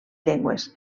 llengües